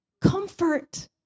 comfort